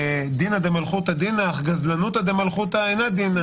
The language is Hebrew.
דינא דמלכותא דינא, אך גזלנותא דמלכותא אינה דינא.